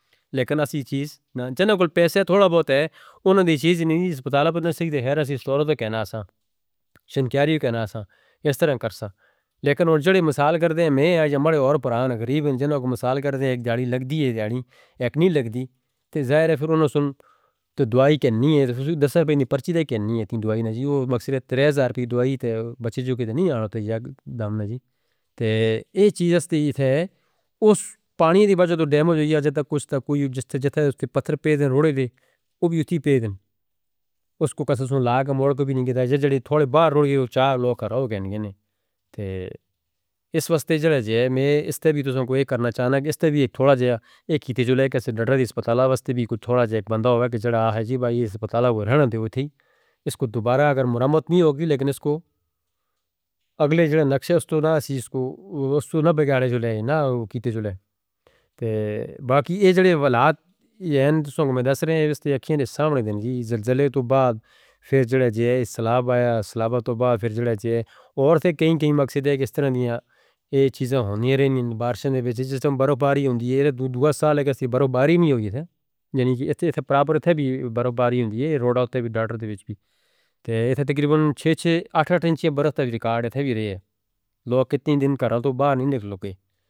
لیکن آسی چیز، ناچنوں گل پیسے تھوڑا بہت ہیں، انہوں نے چیز انیج ہسپتالہ بدھنا سکدے ہیں، ہم سٹوروں تو کہناساں، شنکیرے تو کہناساں، اس طرح کرساں۔ لیکن انہوں نے جو مثال کر رہے ہیں، میں یا جمانے اور پرانے غریب ہیں، جنہوں کو مثال کر رہے ہیں، ایک جڑی لگ دی ہے جڑی، ایک نہیں لگ دی، تو ظاہر ہے پھر انہوں سن، تو دواہی کہنی ہے، تو انہوں نے کہا کہ پرچی دے کہنی ہے، دواہی نہ جیو، مقصد ہے کہ تیرا ہزار پی دواہی، بچے جو کہتے نہیں آؤتے یا گام نہ جیو۔ تو یہ چیز اسی تھی ہے، اس پانی دی وجہ تو ڈیم ہو جائی ہے، جدہ کچھ تا کوئی جس طرح پتھر پی دینے روڑے دے، وہ بھی اتھی پی دینے۔ اس کو کسی سن لاغہ مورڈ کو بھی نہیں کرتا۔ جو تھوڑے باہر روڑے گے وہ چار لوگ کھڑا ہو گئے ہیں۔ اس واسطے جدہ ہے، میں اس تے بھی تسان کو یہ کرنا چاہنا کہ اس تے بھی ایک تھوڑا جا ایک کیتے جو لے، کسی ڈرڈہ دی اسپتالہ واسطے بھی کچھ تھوڑا جا ایک بندہ ہووے، کہ جدہ ہجی بھائی اسپتالہ وہ رہن دی اتھی۔ اس کو دوبارہ اگر مرمت نہیں ہوگی، لیکن اس کو اگلے جدہ نقشہ اس تو نہ بگاڑے جو لے، نہ وہ کیتے جو لے۔ باقی یہ جو ولاد ہیں، تسان کو میں دست رہے ہیں، اس تے ایکین اس سامنے دے دیں۔ زلزلے تو بعد پھر جو ہے اسلاب آیا، اسلاب تو بعد پھر جو ہے۔ اور تے کہیں کہیں مقصد ہے کہ اس طرح دیا، یہ چیزیں ہونی رہیں، بارشیں دے وچ جس طرح بروباری ہوندی ہے، دو سال ہے کہ بروباری نہیں ہوئی تھی۔ یہاں کہ اتھے پراپر اتھے بھی بروباری ہوندی ہے، روڈ آؤتے بھی ڈاٹر دے وچ بھی۔ اتھے تقریباً چھ چھ آٹھ آٹھ انچ برسات دے بھی ریکارڈ اتھے بھی رہے ہیں۔ لوگ کتنی دن کرلوں تو باہر نہیں نکل سکے.